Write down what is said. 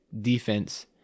defense